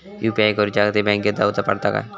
UPI करूच्याखाती बँकेत जाऊचा पडता काय?